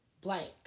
blank